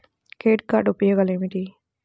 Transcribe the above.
Credit card ఉపయోగాలు ఏమిటి?